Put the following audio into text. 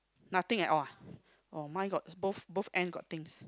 nothing at all ah oh my got both both end got things